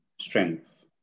strength